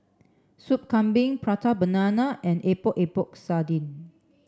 Sup Kambing Prata Banana and Epok Epok Sardin